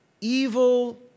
evil